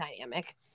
dynamic